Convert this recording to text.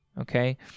okay